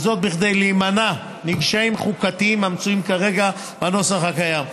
כדי להימנע מקשיים חוקתיים המצויים כרגע בנוסח הקיים.